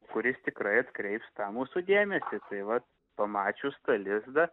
kuris tikrai atkreips tą mūsų dėmesį tai vat pamačius tą lizdą